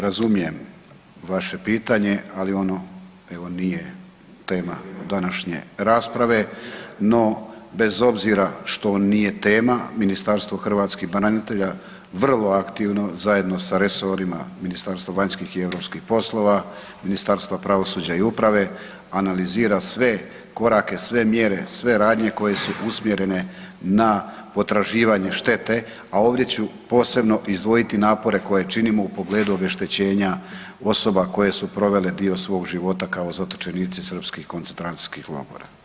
Razumijem vaše pitanje, ali ono evo nije tema današnje rasprave, no bez obzira što nije tema, Ministarstvo hrvatskih branitelja vrlo aktivno, zajedno sa resorima Ministarstva vanjskih i europskih poslova, Ministarstva pravosuđa i uprave, analizira sve korake, sve mjere, sve radnje koje su usmjerene na potraživanje štete, a ovdje ću posebno izdvojiti napore koje činimo u pogledu obeštećenja osoba koje su provele dio svog života kao zatočenici srpskih koncentracijskih logora.